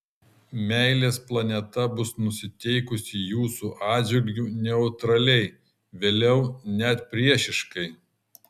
meilės planeta bus nusiteikusi jūsų atžvilgiu neutraliai vėliau net priešiškai